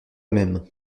même